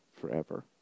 forever